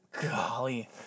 Golly